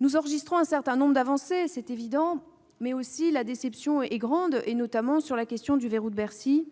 Nous enregistrons un certain nombre d'avancées : c'est évident. Cependant, la déception est grande, notamment à propos du verrou de Bercy